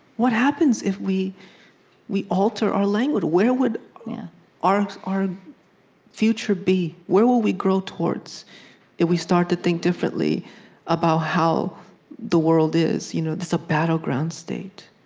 what happens if we we alter our language? where would yeah our our future be? where will we grow towards if we start to think differently about how the world is? you know this is a battleground state.